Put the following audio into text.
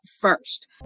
first